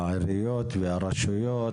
העיריות והרשויות,